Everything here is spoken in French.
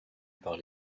par